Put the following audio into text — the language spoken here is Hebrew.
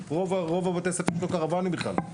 רוב בתי הספר הם בקרוואנים בכלל.